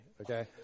okay